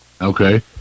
Okay